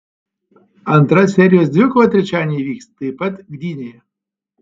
antra serijos dvikova trečiadienį įvyks taip pat gdynėje